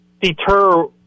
deter